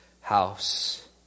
house